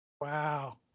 Wow